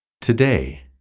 Today